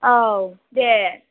औ दे